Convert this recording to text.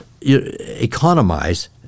economize